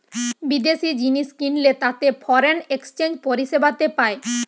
বিদেশি জিনিস কিনলে তাতে ফরেন এক্সচেঞ্জ পরিষেবাতে পায়